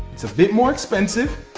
it's a bit more expensive.